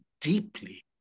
deeply